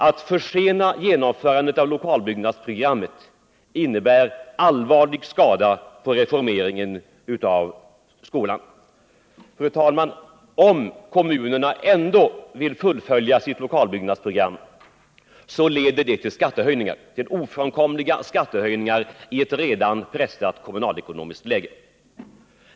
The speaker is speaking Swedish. Att försena genomförandet av lokalbyggnadsprogrammet innebär allvarlig skada för reformeringen av skolan. Fru talman! Om kommunerna ändå vill fullfölja sitt lokalbyggnadsprogram leder det till ofrånkomliga skattehöjningar i ett redan pressat kommunalekonomiskt läge.